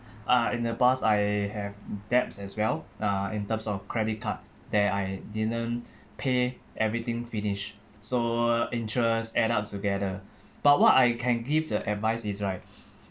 uh in the past I have debts as well uh in terms of credit card that I didn't pay everything finish so interest add up together but what I can give the advice is like